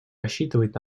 рассчитывать